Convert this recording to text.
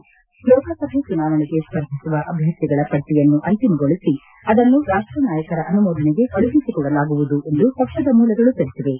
ಸಭೆಯಲ್ಲಿ ಲೋಕಸಭೆ ಚುನಾವಣೆಗೆ ಸ್ಪರ್ಧಿಸುವ ಅಭ್ವರ್ಥಿಗಳ ಪಟ್ಟಿಯನ್ನು ಅಂತಿಮಗೊಳಿಸಿ ಅದನ್ನು ರಾಷ್ಟ ನಾಯಕರ ಅನುಮೋದನೆಗೆ ಕಳುಹಿಸಿಕೊಡಲಾಗುವುದು ಎಂದು ಪಕ್ಷದ ಮೂಲಗಳು ತಿಳಿಸಿವೆ